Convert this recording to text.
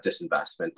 disinvestment